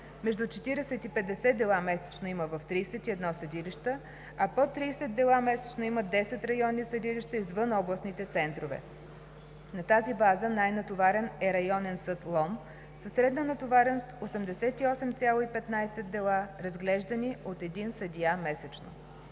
между 40 и 50 дела месечно има в 31 съдилища, а под 30 дела месечно имат 10 районни съдилища извън областните центрове. На тази база най-натоварен е Районен съд – Лом, със средна натовареност 88,15 дела, разглеждани от един съдия месечно.